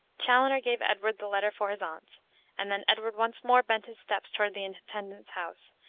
chaloner gave edward the letter for his aunts and then edward once more bent his steps toward the intendant's house,